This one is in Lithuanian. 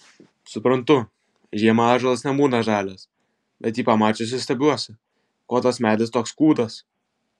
suprantu žiemą ąžuolas nebūna žalias bet jį pamačiusi stebiuosi ko tas medis toks kūdas